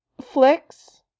flicks